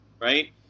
right